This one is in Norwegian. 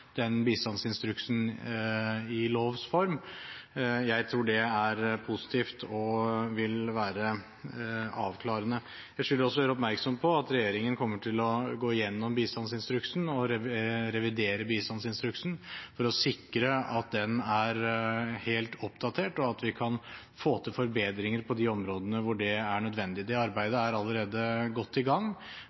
den bistandsinstruksen i lovs form. Jeg tror det er positivt og vil være avklarende. Jeg skylder også å gjøre oppmerksom på at regjeringen kommer til å gå igjennom bistandsinstruksen og revidere den, for å sikre at den er helt oppdatert, og at vi kan få til forbedringer på de områdene hvor det er nødvendig. Det arbeidet er allerede godt i gang,